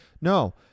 No